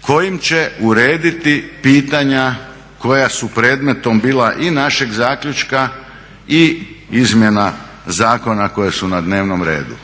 kojim će urediti pitanja koja su predmetom bila i našeg zaključka i izmjena zakona koje su na dnevnom redu.